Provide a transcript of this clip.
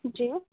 جی